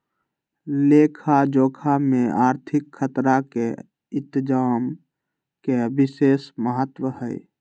लेखा जोखा में आर्थिक खतरा के इतजाम के विशेष महत्व हइ